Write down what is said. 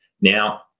now